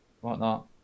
whatnot